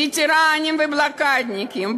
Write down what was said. וטרנים ובלוקדניקים,